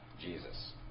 Jesus